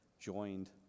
joined